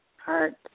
heart